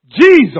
Jesus